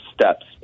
steps